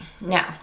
Now